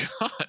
God